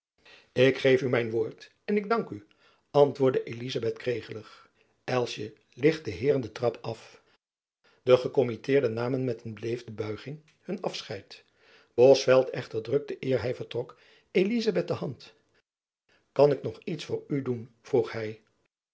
ik geef u mijn woord en ik dank u antwoordde elizabeth kregelig elsjen licht de heeren den trap af de gekommitteerden namen met een beleefde buiging hun afscheid bosveldt echter drukte eer hy vertrok elizabeth de hand kan ik nog iets voor u doen vroeg hy